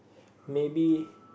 maybe